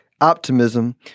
optimism